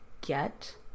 get